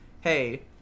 hey